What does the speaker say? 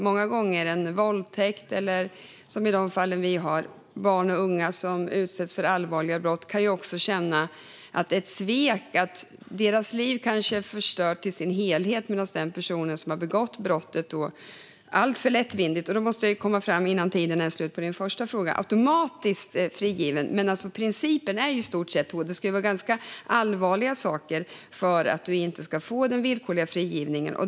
Våldtäktsoffer eller, som i de fall vi har, barn och unga som utsatts för allvarliga brott kan känna att det är ett svek att deras liv kanske är förstört i sin helhet medan personen som begått brottet blir frigiven, kanske alltför lättvindigt. Innan tiden är slut måste jag komma till din första fråga om detta med automatisk frigivning. Principen är ju att man ska ha gjort ganska allvarliga saker för att inte få villkorlig frigivning.